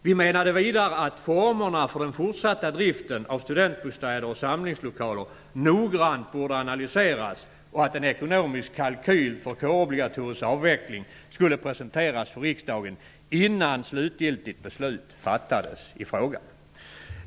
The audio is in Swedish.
Vi menade vidare att formerna för den fortsatta driften av studentbostäder och samlingslokaler noggrant borde analyseras och att en ekonomisk kalkyl för kårobligatoriets avveckling skulle presenteras för riksdagen innan slutgiltigt beslut fattades i frågan.